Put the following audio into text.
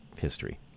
history